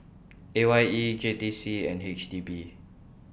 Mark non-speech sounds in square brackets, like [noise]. [noise] A Y E J T C and H D B